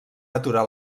aturar